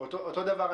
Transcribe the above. בית החולים